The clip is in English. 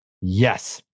yes